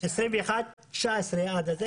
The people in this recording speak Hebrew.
2021 19 עד כה.